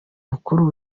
mukuru